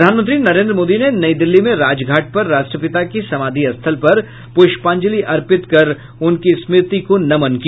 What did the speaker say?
प्रधानमंत्री नरेंद्र मोदी ने नई दिल्ली में राजघाट पर राष्ट्रपिता की समाधि स्थल पर पुष्पांजलि अर्पित कर उनकी स्मृति को नमन किया